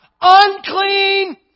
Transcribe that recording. Unclean